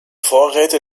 vorräte